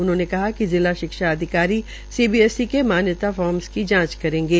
उन्होंने कहा कि जिला शिक्षा अधिकारी सीबीएसई के मान्यता फोर्मस की जांच करेंगे